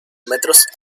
metros